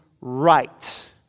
right